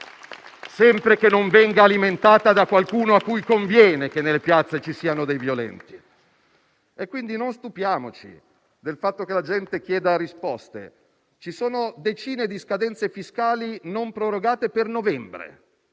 sempre che non venga alimentata da qualcuno a cui conviene che nelle piazze ci siano dei violenti. Quindi non stupiamoci del fatto che la gente chieda risposte. Ci sono decine di scadenze fiscali non prorogate per novembre.